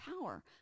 power